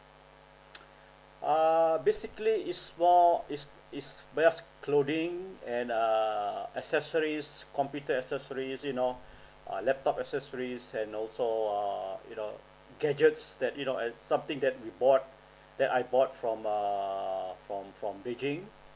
err basically is small is is just clothing and err accessories computer accessories you know uh laptop accessories and also err you know gadgets that you know and something that we bought that I bought from err from from beijing